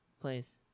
please